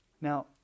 Now